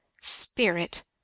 Spirit